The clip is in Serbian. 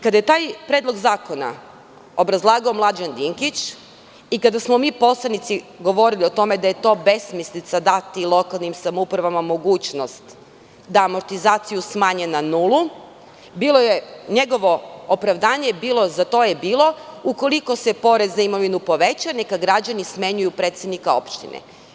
Kada je taj predlog zakona obrazlagao Mlađan Dinkić i kada smo mi poslanici govorili o tome da je to besmislica dati lokalnim samoupravama mogućnost da amortizaciju smanje na nulu, njegovo opravdanje za to je bilo - ukoliko se porez na imovinu poveća, neka građani smenjuju predsednika opštine.